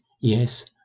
yes